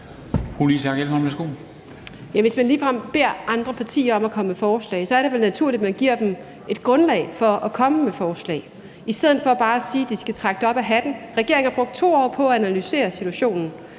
Hvis man ligefrem beder andre partier om at komme med forslag, er det vel naturligt, at man giver dem et grundlag for at komme med forslag ud fra i stedet for bare at sige, at de skal trække dem op af hatten. Regeringen har brugt 2 år på at analysere situationen,